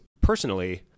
personally